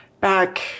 Back